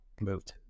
moved